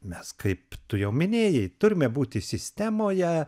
mes kaip tu jau minėjai turime būti sistemoje